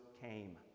came